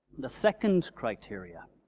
the second criteria